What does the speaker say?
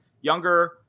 younger